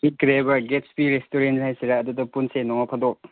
ꯈꯤꯠꯈ꯭ꯔꯦꯕ ꯌꯦꯁꯄꯤ ꯔꯦꯁꯇꯨꯔꯦꯟ ꯍꯥꯏꯁꯤꯔꯥ ꯑꯗꯨꯗ ꯄꯨꯟꯁꯦ ꯅꯣꯡꯃ ꯐꯥꯗꯣꯛ